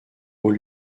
haut